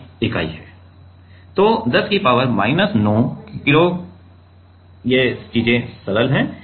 तो 10 की power minus 9 kilo ये चीजें सरल हैं